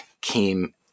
came